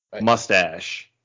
mustache